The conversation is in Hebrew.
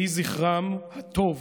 יהי זכרם הטוב